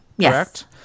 correct